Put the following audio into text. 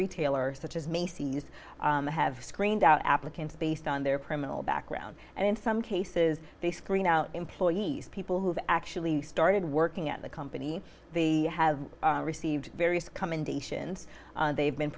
retailer such as macy's have screened out applicants based on their permanent background and in some cases they screen out employees people who've actually started working at the company the have received various come in the shins they've been